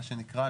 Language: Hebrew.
מה שנקרא,